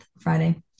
friday